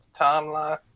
timeline